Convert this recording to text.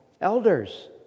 elders